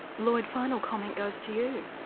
lloyd final comment goes to you.